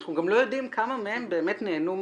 אנחנו גם לא יודעים כמה מהם באמת נהנו מהחוק,